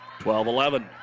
12-11